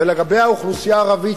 ולגבי האוכלוסייה הערבית,